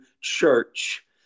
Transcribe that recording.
church